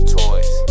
toys